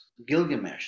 Gilgamesh